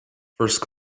first